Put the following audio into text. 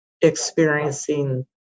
experiencing